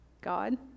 God